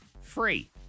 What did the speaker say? free